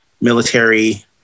military